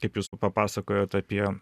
kaip jūs papasakojot apie